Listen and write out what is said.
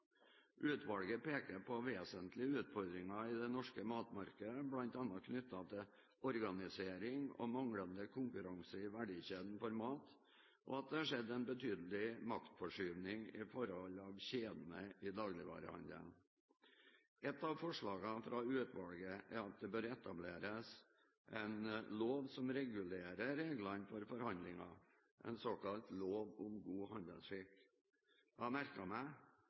Utvalget peker på vesentlige utfordringer i det norske matmarkedet, bl.a. knyttet til organisering og manglende konkurranse i verdikjeden for mat og at det er skjedd en betydelig maktforskyvning i favør av kjedene i dagligvarehandelen. Et av forslagene fra utvalget er at det bør etableres en lov som regulerer reglene for forhandlinger, en såkalt lov om god handelsskikk. Jeg har merket meg